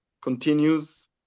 continues